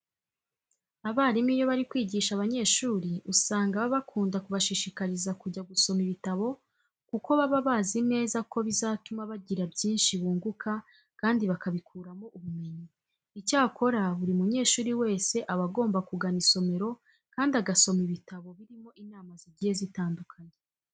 Abarimu iyo bari kwigisha abanyeshuri usanga bakunda kubashishikariza kujya gusoma ibitabo kuko baba bazi neza ko bizatuma bagira byinshi bunguka kandi bakabikuramo ubumenyi. Icyakora buri munyeshuri wese aba agomba kugana isomero kandi agasoma ibitabo birimo inama zigiye zitandukanye.